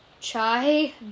Chai